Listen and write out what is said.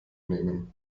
nehmen